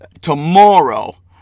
Tomorrow